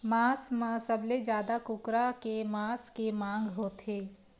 मांस म सबले जादा कुकरा के मांस के मांग होथे